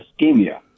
ischemia